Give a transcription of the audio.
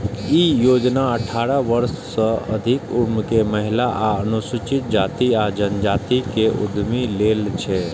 ई योजना अठारह वर्ष सं अधिक उम्र के महिला आ अनुसूचित जाति आ जनजाति के उद्यमी लेल छै